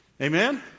Amen